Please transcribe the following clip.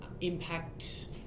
impact